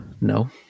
No